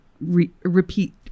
repeat